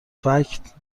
فکت